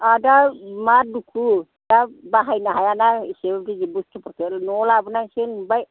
आंहा दा मा दुखु दा बाहायनो हायाना एसि गिदिर बुस्थुफोरखौ न'आव लाबोनासो नुबाय